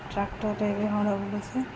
ଟ୍ରାକ୍ଟର୍ରେ ଏବେ ହଳ ବୁଲୁଛି